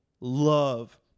love